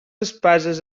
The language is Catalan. espases